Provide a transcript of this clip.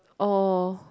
oh